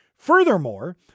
Furthermore